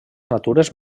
natures